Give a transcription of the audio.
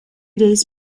days